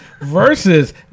versus